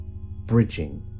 bridging